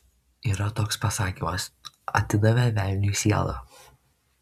yra toks pasakymas atidavė velniui sielą